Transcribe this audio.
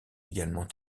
également